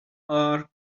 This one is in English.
are